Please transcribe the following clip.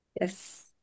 Yes